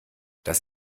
das